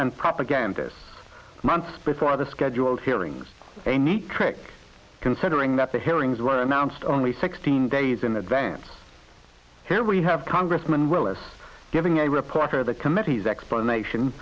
and propagandists months before the scheduled hearings a neat trick considering that the hearings were announced only sixteen days in advance here we have congressman willis giving a reporter the committee's explanation